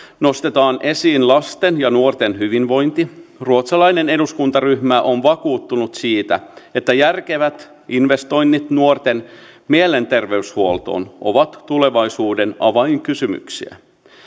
nostetaan esiin lasten ja nuorten hyvinvointi ruotsalainen eduskuntaryhmä on vakuuttunut siitä että järkevät investoinnit nuorten mielenterveyshuoltoon ovat tulevaisuuden avainkysymyksiä